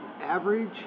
average